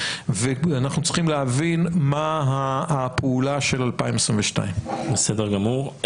ואנחנו צריכים להבין מה הפעולה של 2022. בסדר גמור.